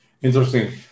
Interesting